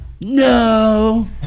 no